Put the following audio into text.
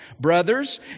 Brothers